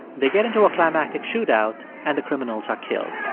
they get into a climactic shootout, and the criminals are killed